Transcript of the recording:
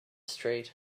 street